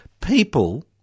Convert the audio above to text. people